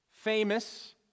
famous